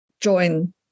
join